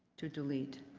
to delete.